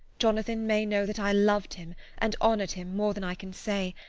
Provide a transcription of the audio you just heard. jonathan may know that i loved him and honoured him more than i can say,